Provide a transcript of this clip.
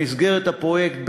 במסגרת הפרויקט,